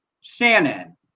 Shannon